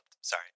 sorry